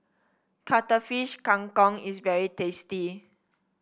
Cuttlefish Kang Kong is very tasty